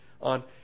on